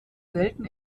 selten